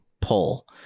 pull